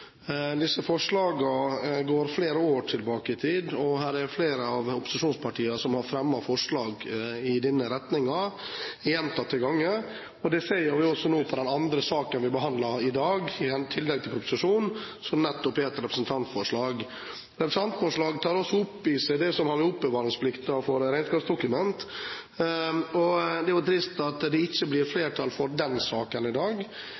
Disse forslagene går flere år tilbake i tid. Flere av opposisjonspartiene har fremmet forslag i denne retningen gjentatte ganger. Det ser vi også nå i en annen sak som vi behandler i dag i tillegg til proposisjonen, som nettopp er et representantforslag. Representantforslaget tar også opp i seg det som har med oppbevaringsplikten av regnskapsdokument å gjøre, og det er trist at det ikke blir flertall for den saken i dag.